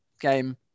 game